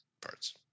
parts